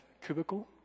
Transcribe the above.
cubicle